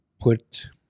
Put